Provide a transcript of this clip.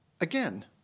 Again